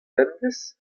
bemdez